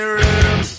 room